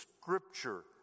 scripture